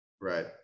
Right